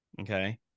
Okay